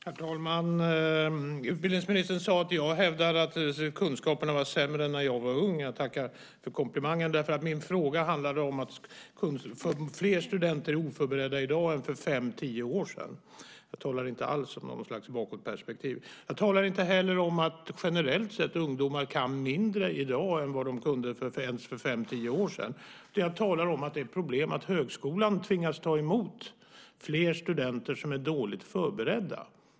Herr talman! Utbildningsministern sade att jag hävdade att kunskaperna var sämre än när jag var ung. Jag tackar för komplimangen, därför att min fråga handlade om att fler studenter är oförberedda i dag än för fem-tio år sedan. Jag talar inte alls om något slags bakåtperspektiv. Jag talar inte heller om att ungdomar generellt sett kan mindre i dag än de kunde för fem-tio år sedan. Det jag talar om är att det är ett problem att högskolan tvingas ta emot fler studenter som är dåligt förberedda.